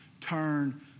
Turn